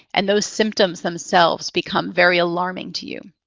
and those symptoms themselves become very alarming to you.